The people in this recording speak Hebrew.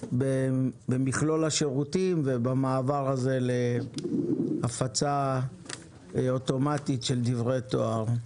במכלול השירותים ובמעבר הזה להפצה אוטומטית של דברי דואר.